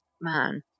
man